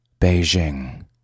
Beijing